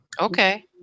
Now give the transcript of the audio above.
Okay